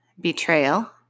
betrayal